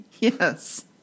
Yes